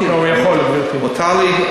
מותר לי,